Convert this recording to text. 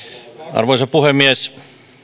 arvoisa puhemies